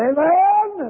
Amen